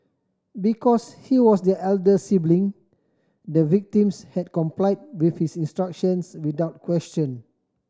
because he was their elder sibling the victims had comply with his instructions without question